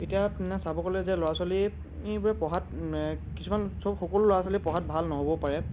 এতিয়া আপোনাৰ চাব গ'লে যে ল'ৰা ছোৱালীবোৰে পঢ়াত কিছুমান চব সকলো ল'ৰা ছোৱালী পঢ়াত ভাল নহ'বও পাৰে